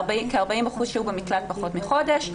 כ-40 אחוזים שהו במקלט פחות מחודש.